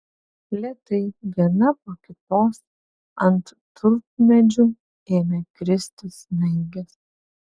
lėtai viena po kitos ant tulpmedžių ėmė kristi snaigės